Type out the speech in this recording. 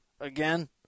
again